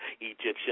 Egyptian